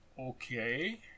okay